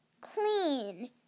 Clean